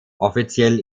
offiziell